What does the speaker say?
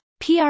PR